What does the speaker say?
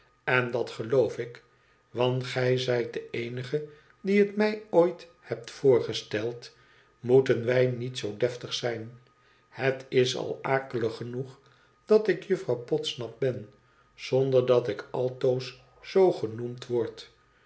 en dat geloof ik want gij zijt de eenige die het mij ooit hebt voorgesteld moeten wij niet zoo deftig zijn het is al akelig genoeg dat ik juffrouw podsnap ben zonder dat ik altoos zoo genoemd word